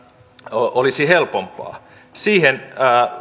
olisi helpompaa siihen